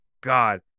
God